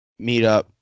meetup